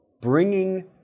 bringing